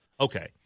okay